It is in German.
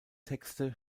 texte